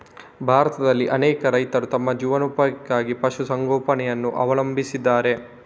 ಭಾರತದಲ್ಲಿ ಅನೇಕ ರೈತರು ತಮ್ಮ ಜೀವನೋಪಾಯಕ್ಕಾಗಿ ಪಶು ಸಂಗೋಪನೆಯನ್ನು ಅವಲಂಬಿಸಿದ್ದಾರೆ